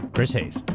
chris hayes.